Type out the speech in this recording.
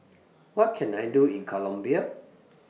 What Can I Do in Colombia